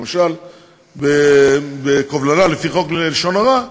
למשל קובלנה לפי חוק לשון הרע,